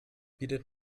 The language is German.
bietet